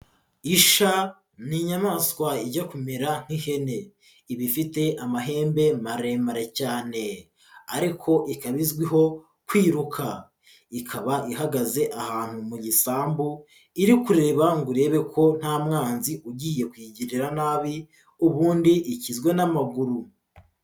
Isha ni iyamaswa ijya kumera nk'ihene, ibafite amahembe maremare cyane ariko ikaba izwiho kwiruka, ikaba ihagaze ahantu mu gisambu iri kureba ngo irebe ko nta mwanzi ugiye kuyigirira nabi ubundi ikizwe n'amaguru.